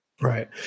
Right